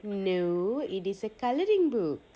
no it is a colouring book